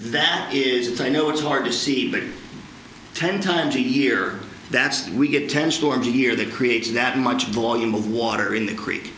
that is it's i know it's hard to see but ten times a year that we get ten story here that creates that much volume of water in the creek